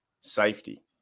safety